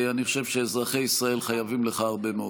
אני חושב שאזרחי ישראל חייבים לך הרבה מאוד.